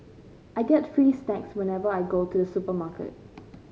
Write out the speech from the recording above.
I get free snacks whenever I go to the supermarket